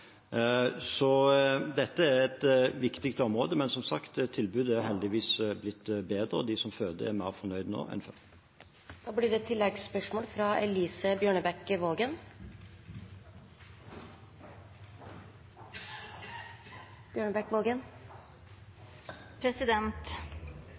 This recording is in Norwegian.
Dette er et viktig område, men tilbudet er som sagt heldigvis blitt bedre, og de som føder, er mer fornøyd nå enn